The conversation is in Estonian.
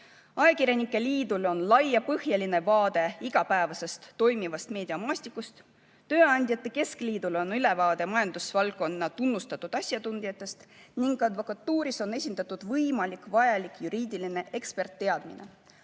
Ajakirjanike liidul on laiapõhjaline vaade igapäevasest toimivast meediamaastikust. Tööandjate keskliidul on ülevaade majandusvaldkonna tunnustatud asjatundjatest. Advokatuuris on esindatud võimalikult vajalik juriidiline ekspertteadmine.